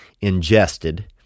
ingested